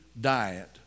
diet